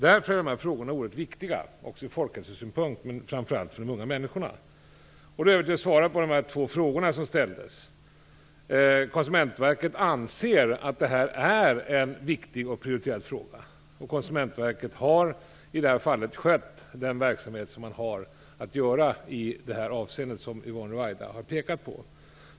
Därför är de här frågorna oerhört viktiga - ur folkhälsosynpunkt men framför allt för de unga människorna. Så går jag över till att svara på de två frågor som ställdes. Konsumentverket anser att det här är en viktig och prioriterad fråga, och Konsumentverket har i det här fallet skött den verksamhet som man har att sköta och som Yvonne Ruwaida har pekat på.